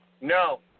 No